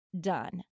Done